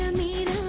and leave